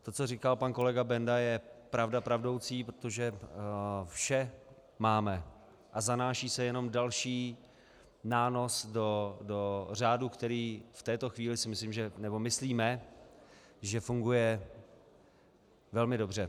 To, co říkal pan kolega Benda, je pravda pravdoucí, protože vše máme a zanáší se jenom další nános do řádu, který v této chvíli si myslíme, že funguje velmi dobře.